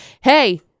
hey